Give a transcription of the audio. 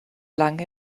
lang